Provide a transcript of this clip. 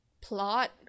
plot